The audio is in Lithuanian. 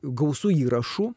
gausu įrašų